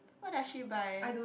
what does she buy